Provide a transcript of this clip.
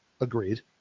agreed